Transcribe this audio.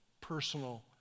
personal